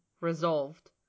resolved